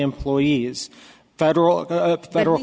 employees federal federal